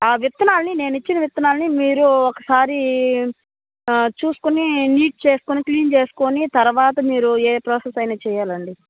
విత్తనాలని నేనిచ్చిన విత్తనాలని మీరు ఒకసారి చూసుకుని నీట్ చేసుకొని క్లీన్ చేసుకుని తరవాత మీరు ఏ ప్రోసెస్ అయినా చెయ్యాలండి